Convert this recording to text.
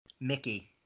Mickey